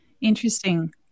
interesting